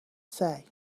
say